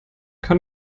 kann